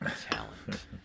Talent